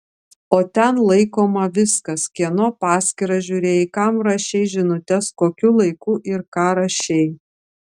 o ten laikoma viskas kieno paskyrą žiūrėjai kam rašei žinutes kokiu laiku ir ką rašei